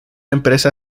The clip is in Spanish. empresa